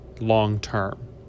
long-term